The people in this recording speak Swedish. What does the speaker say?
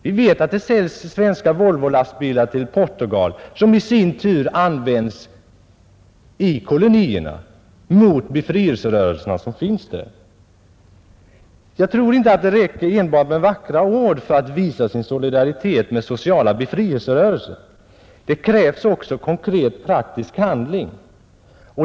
Vi vet att det säljs svenska Volvolastbilar till Portugal och att dessa sedan används i kolonierna i kriget mot befrielserörelserna där. Jag tror inte att det räcker enbart med vackra ord för att visa sin solidaritet med sociala befrielserörelser. Det krävs också konkret praktisk handling.